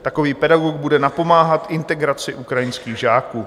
Takový pedagog bude napomáhat integraci ukrajinských žáků.